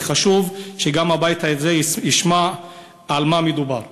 כי חשוב שגם הבית הזה ישמע על מה מדובר.